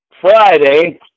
Friday